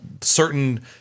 certain